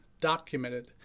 documented